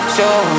Show